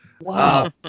Wow